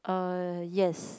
uh yes